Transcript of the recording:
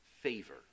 favor